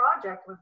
project